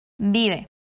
Vive